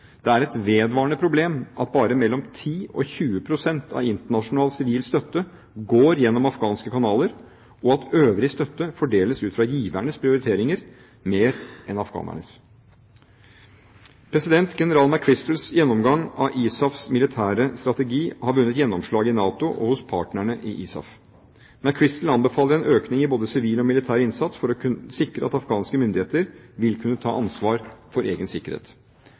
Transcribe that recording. det internasjonale samfunnets side. Det er et vedvarende problem at bare mellom 10 og 20 pst. av internasjonal sivil støtte går gjennom afghanske kanaler, og at øvrig støtte fordeles ut fra givernes prioriteringer mer enn afghanernes. General McChrystals – COMISAFs – gjennomgang av ISAFs militære strategi har vunnet gjennomslag i NATO og hos partnerne i ISAF. McChrystal anbefaler en økning i både sivil og militær innsats for å sikre at afghanske myndigheter vil kunne ta ansvar for egen sikkerhet.